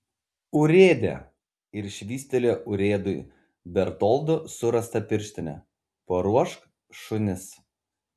urėde ir švystelėjo urėdui bertoldo surastą pirštinę paruošk šunis